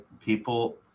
people